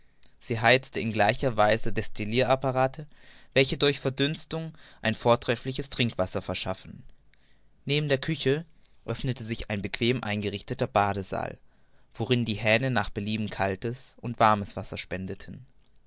sie heizte in gleicher weise destillirapparate welche durch verdünstung ein vortreffliches trinkwasser verschafften neben der küche öffnete sich ein bequem eingerichteter badesaal worin die hähne nach belieben kaltes und warmes wasser spendeten